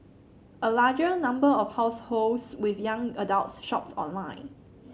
a larger number of households with young adults shopped online